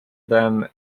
them